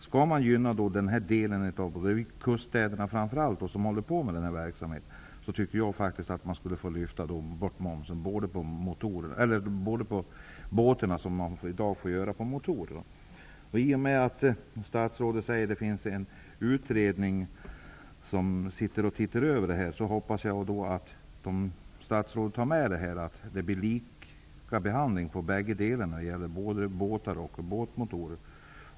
Skall man gynna de personer, framför allt då i kuststäderna, som håller på med den här verksamheten, tycker jag att man borde göra det tillåtet att lyfta av momsen också på båtarna. Statsrådet säger att det finns en utredning som håller på att titta över det här, och jag hoppas då att statsrådet ser till att också den här frågan tas upp, så att det blir samma regler som gäller för försäljning av både båtar och båtmotorer.